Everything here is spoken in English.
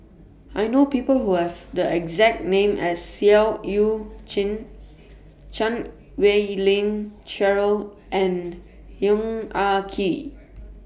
I know People Who Have The exact name as Seah EU Chin Chan Wei Ling Cheryl and Yong Ah Kee